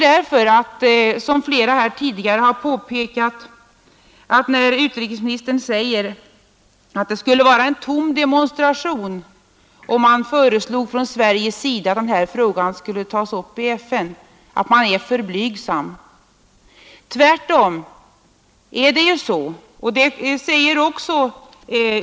När utrikesministern säger att det skulle vara en tom demonstration om man från Sveriges sida skulle föreslå att denna fråga tas upp i FN, tycker jag därför, liksom flera tidigare talare, att man är för blygsam.